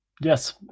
yes